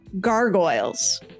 gargoyles